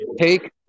take